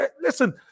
Listen